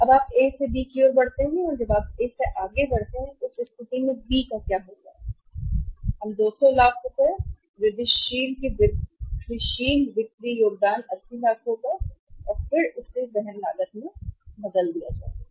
अब आप A से B की ओर बढ़ते हैं जब आप A से आगे बढ़ते हैं उस स्थिति में बी क्या होगा हम 200 लाख वृद्धिशील की वृद्धिशील बिक्री होगी योगदान 80 लाख होगा और फिर इसे वहन लागत में बदल दिया जाएगा